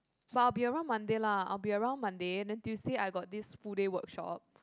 but I will be around Monday lah I will be around Monday then Tuesday I got this full day workshop